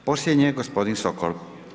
I posljednji je gospodin Sokol.